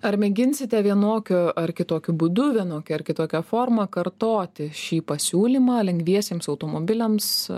ar mėginsite vienokiu ar kitokiu būdu vienokia ar kitokia forma kartoti šį pasiūlymą lengviesiems automobiliams